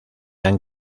han